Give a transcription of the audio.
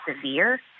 severe